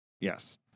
yes